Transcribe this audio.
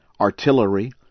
artillery